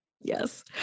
Yes